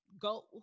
go